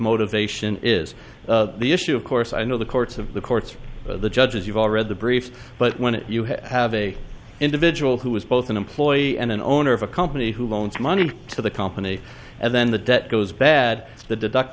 motivation is the issue of course i know the courts of the courts the judges you've all read the brief but when you have have a individual who is both an employee and an owner of a company who loaned money to the company and then the debt goes bad the deduct